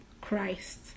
Christ